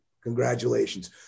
Congratulations